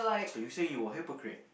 so you're saying you were a hypocrite